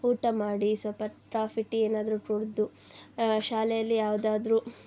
ಊಟ ಮಾಡಿ ಸ್ವಲ್ಪ ಕಾಫಿ ಟೀ ಏನಾದರೂ ಕುಡಿದು ಶಾಲೆಯಲ್ಲಿ ಯಾವುದಾದ್ರು